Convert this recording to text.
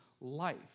life